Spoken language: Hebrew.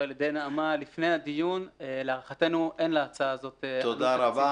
כדי לפנות למשרד האוצר ולבקש ממנו הודעה האם הצעת החוק כרוכה